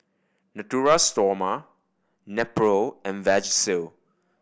Natura Stoma Nepro and Vagisil